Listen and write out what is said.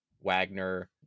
wagner